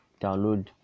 download